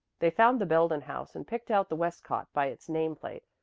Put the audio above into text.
they found the belden house, and picked out the westcott by its name-plate,